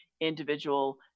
individual